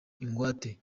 ingwate